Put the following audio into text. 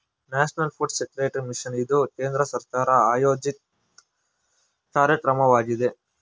national food security mission ಇದು ಕೇಂದ್ರ ಸರ್ಕಾರ ಆಯೋಜಿತ ಕಾರ್ಯಕ್ರಮವಾಗಿದೆ